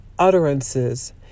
utterances